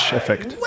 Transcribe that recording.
effect